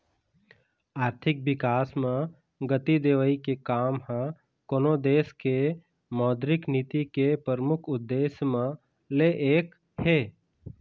आरथिक बिकास म गति देवई के काम ह कोनो देश के मौद्रिक नीति के परमुख उद्देश्य म ले एक हे